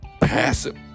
passive